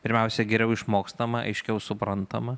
pirmiausia geriau išmokstama aiškiau suprantama